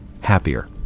happier